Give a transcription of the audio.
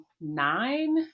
nine